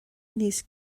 níos